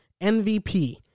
MVP